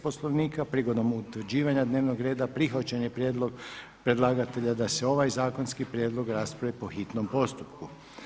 Poslovnika prigodom utvrđivanja dnevnog reda prihvaćen je prijedlog predlagatelja da se ovaj zakonski prijedlog raspravi po hitnom postupku.